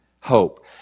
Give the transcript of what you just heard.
hope